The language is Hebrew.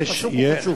פסוק הוא פסוק.